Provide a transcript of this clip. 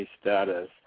status